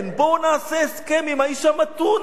בואו נעשה הסכם עם האיש המתון הזה.